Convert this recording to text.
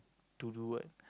to do what